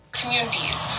communities